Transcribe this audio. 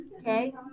okay